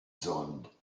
zoned